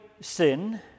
sin